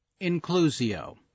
inclusio